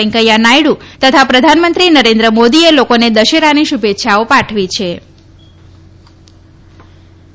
વેંકૈથા નાથડુ અને પ્રધાનમંત્રી નરેન્દ્ર મોદીએ લોકોને દશેરાની શુભેચ્છાઓ પાઠવી હિ